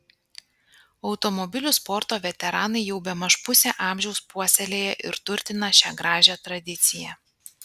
automobilių sporto veteranai jau bemaž pusę amžiaus puoselėja ir turtina šią gražią tradiciją